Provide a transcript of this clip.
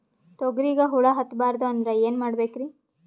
ತೊಗರಿಗ ಹುಳ ಹತ್ತಬಾರದು ಅಂದ್ರ ಏನ್ ಮಾಡಬೇಕ್ರಿ?